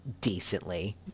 decently